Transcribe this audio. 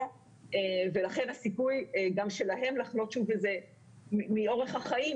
ולכן הסיכוי גם שלהן לחלות שוב מאורך החיים,